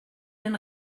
den